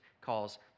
calls